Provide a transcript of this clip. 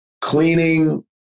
Cleaning